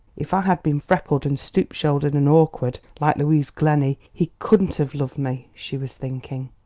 if i had been freckled and stoop-shouldered and awkward, like louise glenny, he couldn't have loved me, she was thinking.